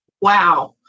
Wow